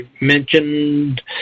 mentioned